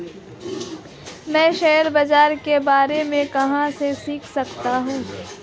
मैं शेयर बाज़ार के बारे में कहाँ से सीख सकता हूँ?